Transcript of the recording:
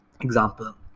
example